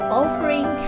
offering